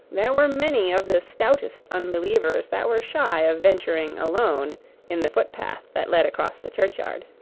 there were many of the stoutest unbelievers that were shy of venturing alone in the footpath that led across the churchyard.